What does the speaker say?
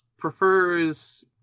prefers